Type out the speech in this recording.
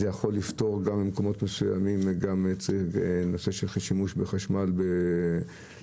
זה יכול לפתור במקומות מסוימים גם את הנושא של שימוש בחשמל בשבת,